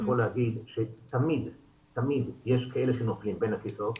אני יכול להגיד שתמיד יש כאלה שנופלים בין הכיסאות,